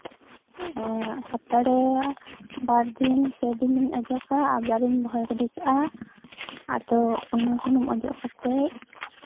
ᱥᱚᱯᱛᱟ ᱨᱮ ᱵᱟᱨ ᱫᱤᱱ ᱯᱮ ᱫᱤᱱ ᱤᱧ ᱚᱡᱚᱜᱟ ᱟᱵᱟᱨ ᱤᱧ ᱵᱚᱦᱮᱞ ᱜᱤᱰᱤ ᱠᱟᱜᱼᱟ ᱟᱫᱚ ᱚᱱᱟ ᱥᱩᱱᱩᱢ ᱚᱡᱚᱜ ᱠᱟᱛᱮᱫ